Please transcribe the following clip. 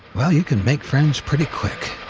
well you can make friends pretty quick.